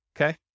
okay